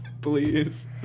please